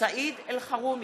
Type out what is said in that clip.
סעיד אלחרומי,